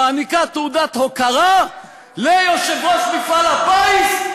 מעניקה תעודת הוקרה ליושב-ראש מפעל הפיס,